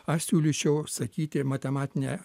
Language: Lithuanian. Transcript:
aš siūlyčiau sakyti matematinė